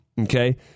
Okay